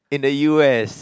in the U_S